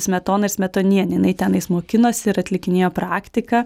smetona ir smetonienė jinai tenais mokinosi ir atlikinėjo praktiką